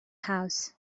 house